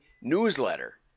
newsletter